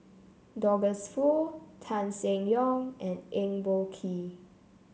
Douglas Foo Tan Seng Yong and Eng Boh Kee